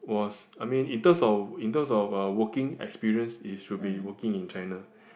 was I mean in terms of in terms of uh working experience it should be working in China